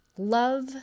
Love